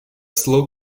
slow